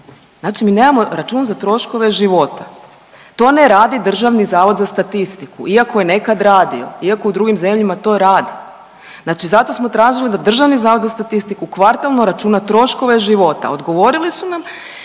znači mi nemamo račun za troškove života. To ne radi DZS iako je nekad radio, iako u drugim zemljama to radi. Znači zato smo tražili da DZS kvartalno računa troškove života, odgovorili su nam